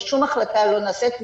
ושום החלטה לא נעשית,